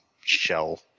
shell